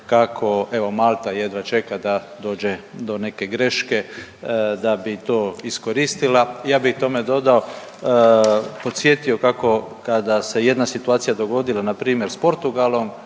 evo Malta jedva čeka da dođe do neke greške da bi to iskoristila. Ja bih tome dodao, podsjetio kada se jedna situacija dogodila npr. s Portugalom